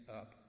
up